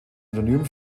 synonym